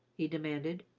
he demanded.